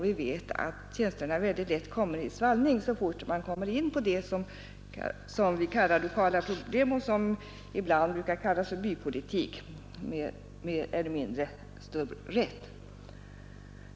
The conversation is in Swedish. Vi vet att känslorna lätt råkar i svallning så fort man kommer in på vad som brukar kallas lokala problem och som ibland — med mer eller mindre stor rätt — kallas för bypolitik.